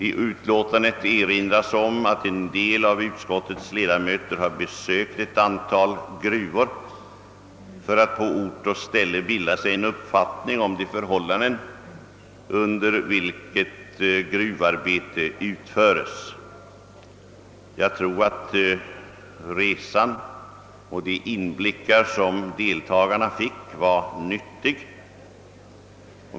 I utskottsutlåtandet erinras om att en del av utskottets ledamöter har besökt ett antal gruvor för att på ort och ställe bilda sig en uppfattning om de förhållanden under vilka gruvarbete utförs. Jag tror att resan och de inblickar som deltagarna fick var nyttiga.